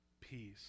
peace